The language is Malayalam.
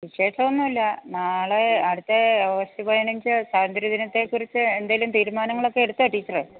വിശേഷം ഒന്നും ഇല്ല നാളെ അടുത്ത ഓഗസ്റ്റ് പതിനഞ്ച് സ്വാതന്ത്യ്ര ദിനത്തെ കുറിച്ച് എന്തേലും തീരുമാനങ്ങളൊക്കെ എടുത്തോ ടീച്ചർ